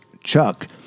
Chuck